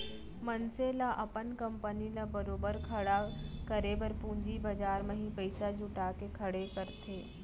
मनसे ल अपन कंपनी ल बरोबर खड़े करे बर पूंजी बजार म ही पइसा जुटा के खड़े करथे